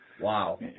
Wow